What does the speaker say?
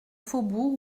faubourg